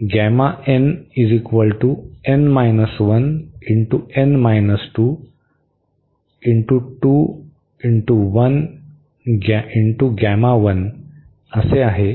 तर आता ही व्हॅल्यू घेऊन आपल्याकडे आहे